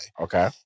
Okay